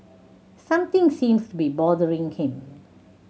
something seems to be bothering him